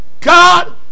God